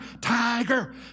tiger